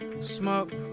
smoke